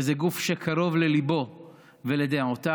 שזה גוף שקרוב לליבו ולדעותיו,